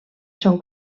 són